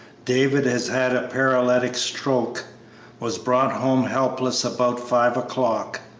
david has had a paralytic stroke was brought home helpless about five o'clock.